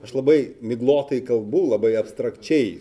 aš labai miglotai kalbu labai abstrakčiai